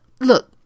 look